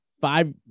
Five